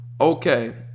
Okay